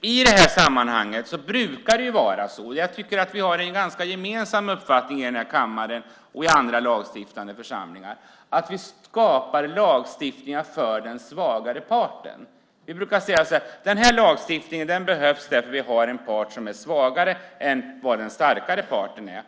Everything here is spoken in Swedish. I det här sammanhanget brukar det vara så, och jag tycker att vi har en ganska gemensam uppfattning kring detta i den här kammaren och i andra lagstiftande församlingar, att vi skapar lagstiftning för den svagare parten. Vi brukar säga att en viss lagstiftning behövs för den svagare parten gentemot en starkare.